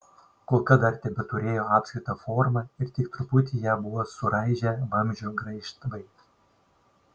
kulka dar tebeturėjo apskritą formą ir tik truputį ją buvo suraižę vamzdžio graižtvai